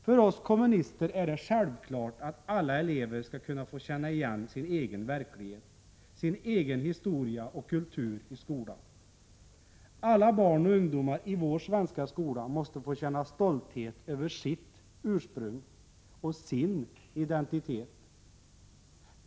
För oss kommunister är det självklart att alla elever skall få kunna känna igen sin egen verklighet, sin egen historia och kultur, i skolan. Alla barn och ungdomar i vår svenska skola måste få känna stolthet över sitt ursprung och sin identitet.